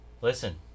Listen